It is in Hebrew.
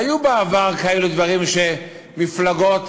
והיו בעבר כאלו דברים, שמפלגות